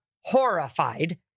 horrified